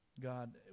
God